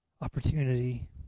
opportunity